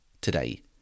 today